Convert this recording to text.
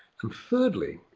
and thirdly,